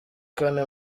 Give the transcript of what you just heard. kane